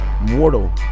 mortal